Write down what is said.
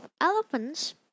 elephants